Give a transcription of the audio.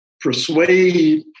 persuade